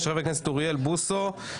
אופיר, בוקר טוב.